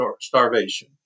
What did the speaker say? starvation